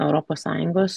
europos sąjungos